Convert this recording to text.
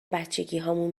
بچگیهامون